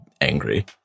angry